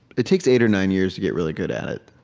it takes eight or nine years to get really good at it.